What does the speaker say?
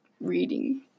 reading